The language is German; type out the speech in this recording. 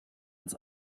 ins